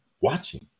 watching